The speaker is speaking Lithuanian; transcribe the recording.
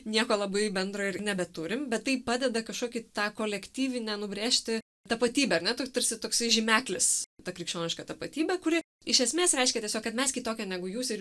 nieko labai bendro ir nebeturim bet tai padeda kažkokį tą kolektyvinę nubrėžti tapatybę ar ne taip tarsi toksai žymeklis ta krikščioniška tapatybė kuri iš esmės reiškia tiesiog kad mes kitokie negu jūs ir